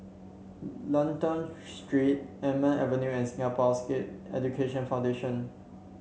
Lentor Street Almond Avenue and Singapore Sikh Education Foundation